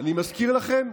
אני מזכיר לכם,